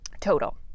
total